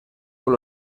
por